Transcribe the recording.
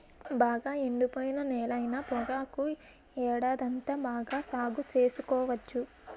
బాగా ఎండిపోయిన నేలైన పొగాకు ఏడాదంతా బాగా సాగు సేసుకోవచ్చు